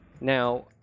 Now